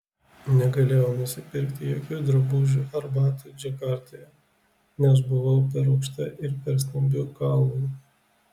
negalėjau nusipirkti jokių drabužių ar batų džakartoje nes buvau per aukšta ir per stambių kaulų